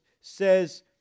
says